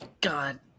God